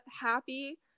Happy